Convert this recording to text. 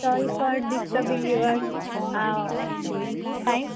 sorry for disturbing your time